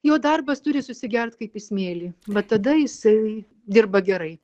jo darbas turi susigert kaip į smėlį va tada jisai dirba gerai